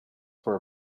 were